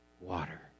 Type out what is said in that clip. water